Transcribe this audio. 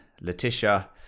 Letitia